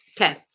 Okay